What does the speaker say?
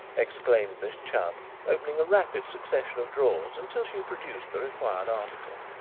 exclaimed miss chubb, opening a rapid succession of drawers until she produced the required article.